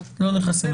לא נכנסים.